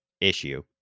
issue